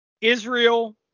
Israel